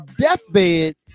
deathbed